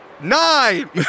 Nine